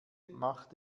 macht